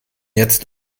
jetzt